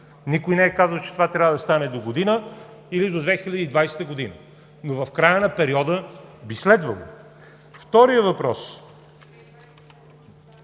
Никой не е казал, че това трябва да стане догодина или до 2020 г., но в края на периода би следвало. Вторият въпрос: